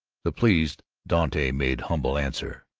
the pleased dante made humble answer.